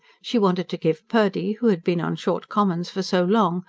she wanted to give purdy, who had been on short commons for so long,